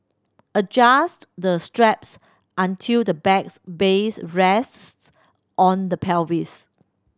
adjust the straps until the bag's base rests on the pelvis